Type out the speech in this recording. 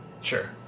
sure